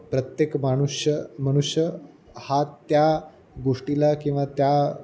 प्रत्येक माणूस मनुष्य हा त्या गोष्टीला किंवा त्या